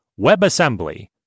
WebAssembly